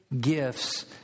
gifts